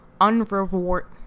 unreward